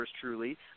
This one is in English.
truly